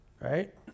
Right